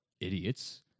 idiots